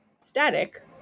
static